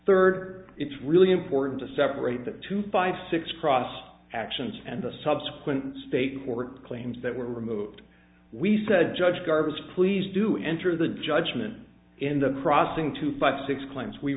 third it's really important to separate the two five six cross actions and the subsequent state or claims that were removed we said judge guards please do enter the judgement in the processing to five six claims we